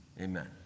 Amen